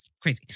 Crazy